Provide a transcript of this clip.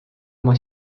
oma